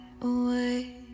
away